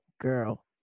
Girl